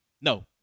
No